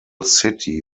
city